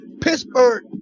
Pittsburgh